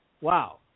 wow